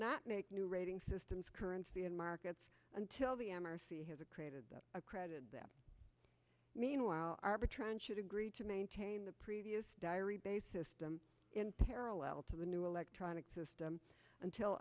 not make new rating systems current to be in markets until the m r c has a created a credit that meanwhile arbitron should agree to maintain the previous diary based system in parallel to the new electronic system until